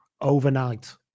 overnight